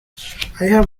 have